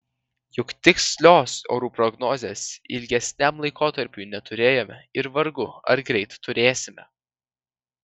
juk tikslios orų prognozės ilgesniam laikotarpiui neturėjome ir vargu ar greit turėsime